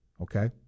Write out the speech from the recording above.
okay